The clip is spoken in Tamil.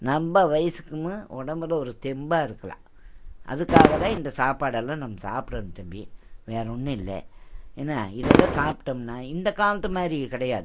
நம்ம வயசுக்கும் உடம்புல ஒரு தெம்பாக இருக்குலாம் அதுக்காக தான் இந்த சாப்பாடெல்லாம் நம்ம சாப்பிடணும் தம்பி வேற ஒன்றும் இல்லை என்ன இதெலாம் சாப்பிட்டம்னா இந்த காலத்து மாதிரி கிடையாது